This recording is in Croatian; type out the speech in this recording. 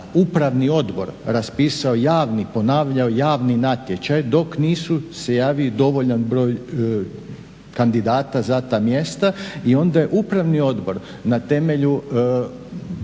Upravni odbor raspisao javni ponavljao javni natječaj dok nisu se javili dovoljan broj kandidata za ta mjesta i onda je Upravni odbor na temelju